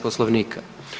Poslovnika.